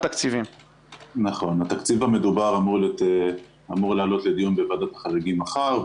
התקציב המדובר אמור להעלות לדיון בוועדת החריגים מחר,